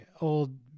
old